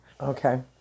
Okay